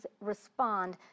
respond